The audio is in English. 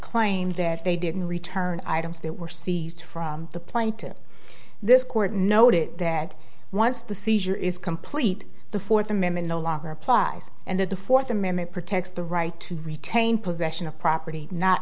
claim that they didn't return items that were seized from the plaintiff this court noted that once the seizure is complete the fourth amendment no longer applies and that the fourth amendment protects the right to retain possession of property not